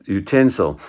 utensil